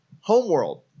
homeworld